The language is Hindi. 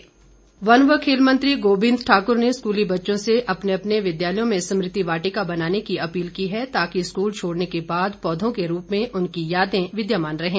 गोविंद ठाकुर वन व खेल मंत्री गोविंद ठाकुर ने स्कूली बच्चों से अपने अपने विद्यालयों में स्मृति वाटिका बनाने की अपील की है ताकि स्कूल छोड़ने के बाद पौधों के रूप में उनकी यादें विद्यमान रहें